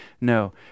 no